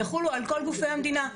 יחולו על כל גופי המדינה,